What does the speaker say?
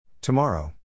Tomorrow